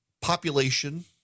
Population